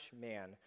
man